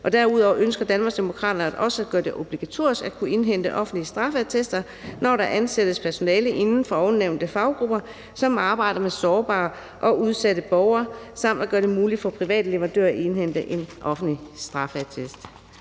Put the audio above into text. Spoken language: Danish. Derudover ønsker Danmarksdemokraterne at også gøre det obligatorisk at indhente offentlige straffeattester, når der ansættes personale inden for ovennævnte faggrupper, som arbejder med sårbare og udsatte borgere, samt at gøre det muligt for private leverandører at indhente en offentlig straffeattest.